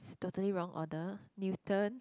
it's totally wrong order Newton